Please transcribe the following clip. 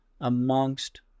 amongst